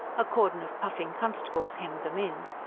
a cordon of puffing constables hemmed them in.